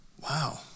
wow